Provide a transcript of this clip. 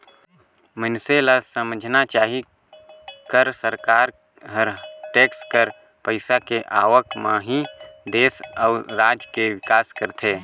मइनसे ल समझना चाही कर सरकार हर टेक्स कर पइसा के आवक म ही देस अउ राज के बिकास करथे